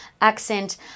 accent